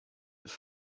his